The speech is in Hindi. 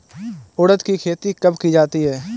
उड़द की खेती कब की जाती है?